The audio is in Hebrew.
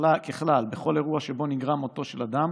ככלל היא שבכל אירוע שבו נגרם מותו של אדם